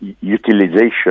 Utilization